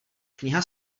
kniha